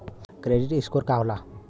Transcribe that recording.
Credit score का होला?